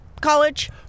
College